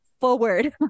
forward